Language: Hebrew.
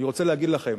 אני רוצה להגיד לכם,